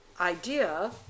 idea